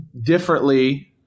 differently